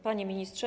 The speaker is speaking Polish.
Panie Ministrze!